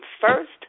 first